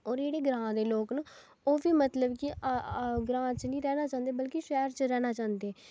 होर जेह्डे़ ग्रांऽ दे लोक न ओह् बी मतलब कि ग्रांऽ च निं रैह्ना चाहंदे बलकि शैह्र च रैह्ना चाहंदे